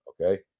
okay